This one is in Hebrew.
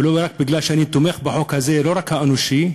ולא רק בגלל שאני תומך בחוק הזה, לא רק האנושי,